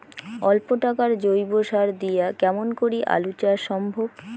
অল্প টাকার জৈব সার দিয়া কেমন করি আলু চাষ সম্ভব?